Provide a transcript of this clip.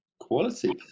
Quality